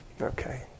okay